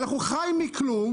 אנחנו חיים מכלום,